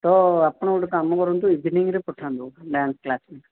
ତ ଆପଣ ଗୋଟେ କାମ କରନ୍ତୁ ଇଭନିଂରେ ପଠାନ୍ତୁ ଡ୍ୟାନ୍ସ୍ କ୍ଲାସ୍